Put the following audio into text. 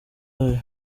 yayo